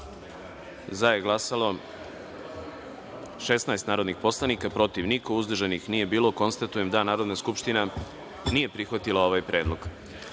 za je glasalo – 15 narodnih poslanika, protiv – niko, uzdržanih – nije bilo. Konstatujem da Narodna skupština nije prihvatila ovaj predlog. Narodni